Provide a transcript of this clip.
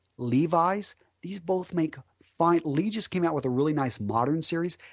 levi's these both make fine lee just came out with a really nice modern series.